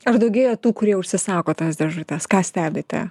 ar daugėja tų kurie užsisako tas dėžutes ką stebite